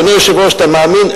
אדוני היושב-ראש, אתה מאמין?